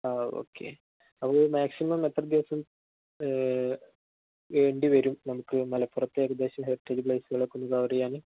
ആ ഓക്കെ അപ്പോള് മാക്സിമം എത്ര ദിവസം വേണ്ടി വരും നമുക്ക് മലപ്പുറത്തെ ഏകദേശം ഹെരിറ്റേജ് പ്ലേസുകളൊക്കെയൊന്ന് കവര് ചെയ്യാന്